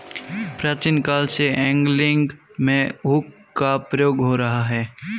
प्राचीन काल से एंगलिंग में हुक का प्रयोग हो रहा है